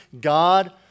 God